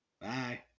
Bye